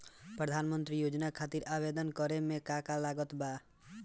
प्रधानमंत्री योजना खातिर आवेदन करे मे का का लागत बा?